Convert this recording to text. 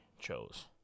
chose